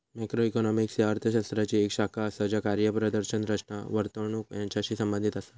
macroeconomics ह्या अर्थ शास्त्राची येक शाखा असा ज्या कार्यप्रदर्शन, रचना, वर्तणूक यांचाशी संबंधित असा